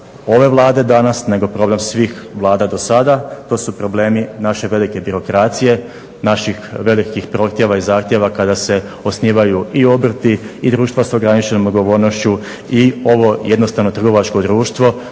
ove Vlade danas nego problem svih Vlada do sada. To su problemi naše velike birokracije, naših velikih prohtjeva i zahtjeva kada se osnivaju i obrti i društva s ograničenom odgovornošću i ovo jednostavno trgovačko društvo